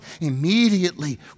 immediately